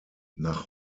nach